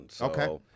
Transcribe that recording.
Okay